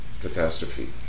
catastrophe